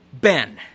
Ben